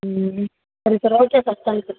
ಹ್ಞೂ ಸರಿ sir okay sir thank you